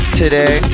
today